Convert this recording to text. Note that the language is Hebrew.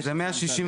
אז זה לפי 161